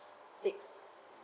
six